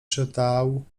czytał